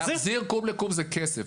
להחזיר קוב לקוב זה כסף.